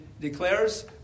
declares